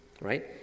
right